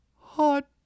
Hot